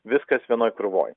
viskas vienoj krūvoj